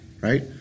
right